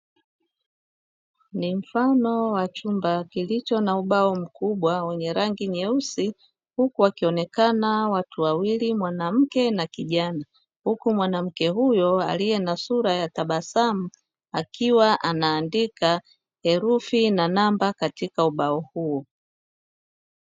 Ni mfano wa chumba kilicho na ubao mkubwa wenye rangi nyeusi, huku wakionekana watu wawili (mwanamke na kijana). Huku mwanamke huyo aliye na sura ya tabasamu akiwa anaandika herufi na namba katika ubao huo.